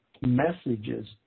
messages